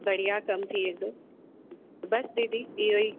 बढ़िया कमु थी वेंदो बसि दीदी इहेई